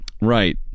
Right